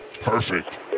Perfect